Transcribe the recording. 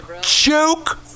Joke